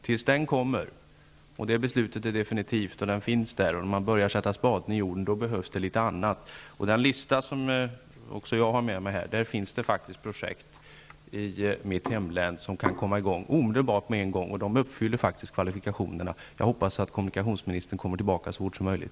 Tills beslutet är definitivt och man sätter spaden i jorden behövs litet annat. I den lista som också jag har med mig finns projekt i mitt hemlän som kan komma i gång omedelbart. De uppfyller kvalifikationerna, och jag hoppas kommunikationsministern kommer tillbaka till dem så fort som möjligt.